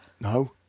No